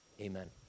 Amen